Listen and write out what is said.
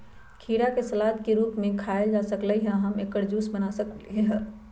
खीरा के सलाद के रूप में खायल जा सकलई ह आ हम एकर जूस बना सकली ह